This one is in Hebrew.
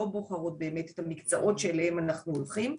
בוחרות באמת במקצועות שאליהם אנחנו הולכות,